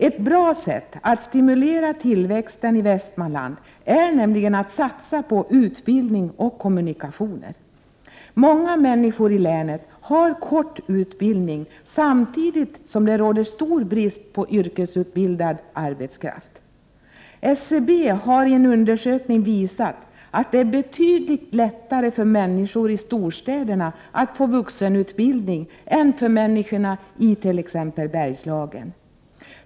Ett bra sätt att stimulera tillväxten i Västmanland är att satsa på utbildning och kommunikationer. Många människor i länet har kort utbildning samtidigt som det råder stor brist på yrkesutbildad arbetskraft. SCB har i en undersökning visat att det är betydligt lättare för människor i storstäderna att få vuxenutbildning än för människorna i t.ex. Bergslagen.